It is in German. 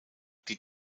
die